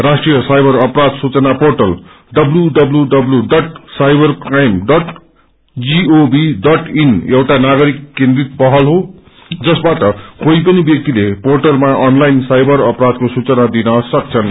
ष्ट्रिय cyber अपराध सूचना portal W W W cybercrime gov dot in एउटा नागरिक केन्द्रित पह्ल हो जसबाट कोही पनि व्याक्तिले पोंटलमा अनलाईन साइबर अपराधका सूचना दिन सक्नेछन्